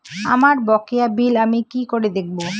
আমার বকেয়া বিল আমি কি করে দেখব?